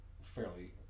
fairly